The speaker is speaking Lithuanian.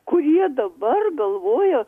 kurie dabar galvoja